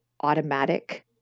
automatic